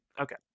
Okay